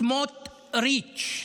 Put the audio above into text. סמוטריץ',